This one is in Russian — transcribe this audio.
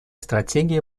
стратегии